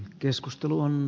keskustelu on